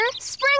Spring